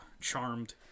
Charmed